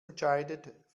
entscheidet